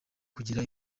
kugira